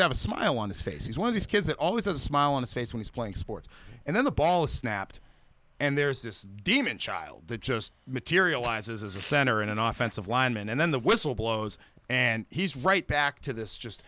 to have a smile on his face he's one of these kids that always a smile on his face when he's playing sports and then the ball is snapped and there's this demon child that just materializes as a center in an office of lineman and then the whistle blows and he's right back to this just